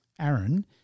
Aaron